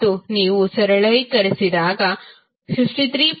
ಮತ್ತು ನೀವು ಸರಳೀಕರಿಸಿದಾಗ 53